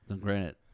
Granted